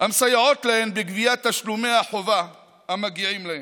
המסייעות להן בגביית תשלומי החובה המגיעים להן,